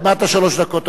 עוד מעט עוברות שלוש הדקות.